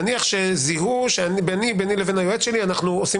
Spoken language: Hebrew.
נניח שזיהו שביני לבין היועץ שלי אנחנו עושים